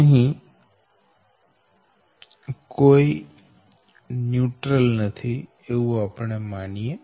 અહી કોઈ ન્યુટ્રલ નથી એવું આપણે માનીએ